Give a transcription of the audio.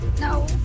No